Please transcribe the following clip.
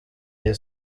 iyi